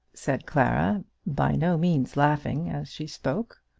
said clara, by no means laughing as she spoke.